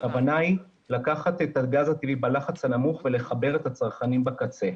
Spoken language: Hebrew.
הכוונה היא לקחת את הגז הטבעי בלחץ הנמוך ולחבר את הצרכנים בקצה.